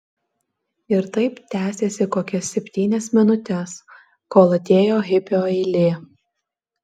ir taip tęsėsi kokias septynias minutes kol atėjo hipio eilė